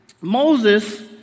Moses